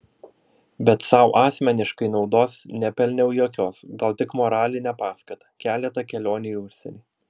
bet sau asmeniškai naudos nepelniau jokios gal tik moralinę paskatą keletą kelionių į užsienį